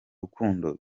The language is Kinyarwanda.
rukundo